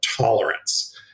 tolerance